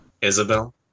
Isabel